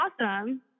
awesome